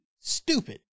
stupid